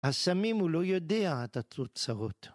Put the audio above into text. הסמים הוא לא יודע את התוצאות.